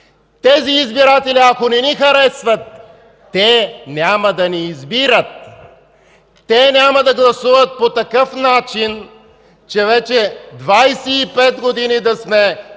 тези избиратели ако не ни харесват, те няма да ни избират! Те няма да гласуват по такъв начин, че вече 25 години да сме